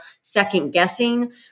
second-guessing